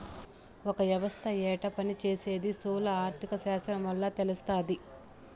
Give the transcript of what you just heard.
ఒక యవస్త యెట్ట పని సేసీది స్థూల ఆర్థిక శాస్త్రం వల్ల తెలస్తాది